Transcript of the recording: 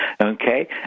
okay